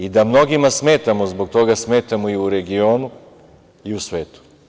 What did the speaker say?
I da mnogima smetamo zbog toga, smetamo, i u regionu, i u svetu.